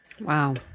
Wow